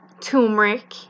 turmeric